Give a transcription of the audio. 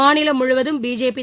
மாநிலம் முழுவதும் பிஜேபி